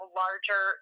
larger